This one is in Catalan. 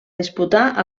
disputar